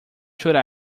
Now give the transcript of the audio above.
should